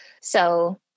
So-